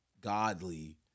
godly